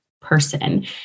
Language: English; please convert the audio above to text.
person